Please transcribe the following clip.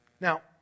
Now